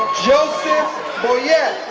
joseph boyette yeah